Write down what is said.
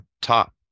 top